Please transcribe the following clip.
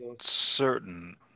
certain